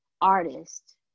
artist